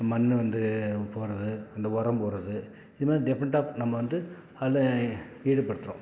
மண்ணு வந்து போடுறது அந்த உரம் போடுறது இது மாதிரி டிஃப்ரெண்ட் ஆஃப் நம்ம வந்து அதில் ஈடுபடுத்துகிறோம்